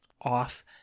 off